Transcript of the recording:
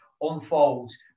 unfolds